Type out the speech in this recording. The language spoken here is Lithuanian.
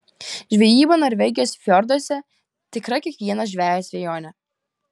žvejyba norvegijos fjorduose tikra kiekvieno žvejo svajonė